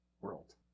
world